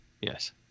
Yes